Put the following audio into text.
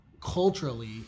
culturally